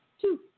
Two